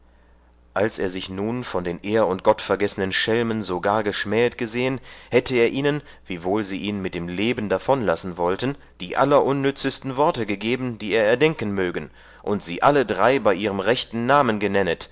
als er sich nun von den ehr und gottesvergessenen schelmen so gar geschmähet gesehen hätte er ihnen wiewohl sie ihn mit dem leben davonlassen wollten die allerunnützesten worte gegeben die er erdenken mögen und sie alle drei bei ihrem rechten namen genennet